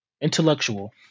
Intellectual